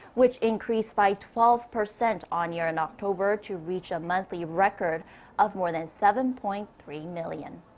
which increased by twelve percent on-year in october to reach a monthly record of more than seven point three million.